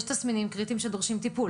יש תסמינים קריטיים שדורשים טיפול.